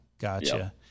gotcha